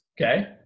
Okay